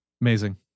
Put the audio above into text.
Amazing